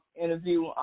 interview